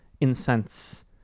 incense